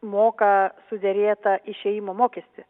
moka suderėtą išėjimo mokestį